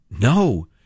No